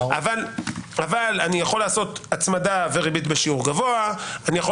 אבל אני יכול לעשות הצמדה וריבית בשיעור גבוה; אני יכול